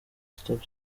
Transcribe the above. stop